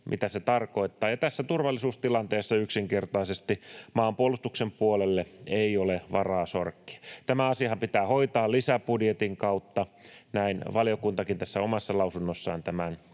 mitä se tarkoittaa. Tässä turvallisuustilanteessa yksinkertaisesti maanpuolustuksen puolelle ei ole varaa sorkkia. Tämä asiahan pitää hoitaa lisäbudjetin kautta, näin valiokuntakin tässä omassa lausunnossaan tämän